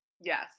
yes